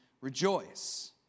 rejoice